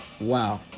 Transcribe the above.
wow